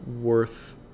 worth